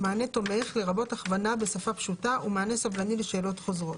"מענה תומך" לרבות הכוונה בשפה פשוטה ומענה סבלני לשאלות חוזרות.